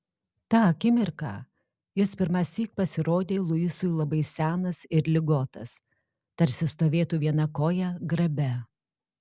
tą akimirką jis pirmąsyk pasirodė luisui labai senas ir ligotas tarsi stovėtų viena koja grabe